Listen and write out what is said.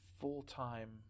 full-time